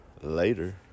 later